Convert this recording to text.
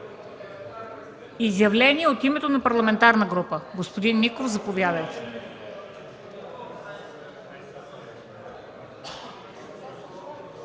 Изявление от името на парламентарна група – господин Миков, заповядайте.